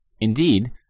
Indeed